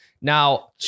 Now